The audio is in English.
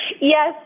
Yes